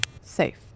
Safe